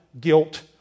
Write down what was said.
guilt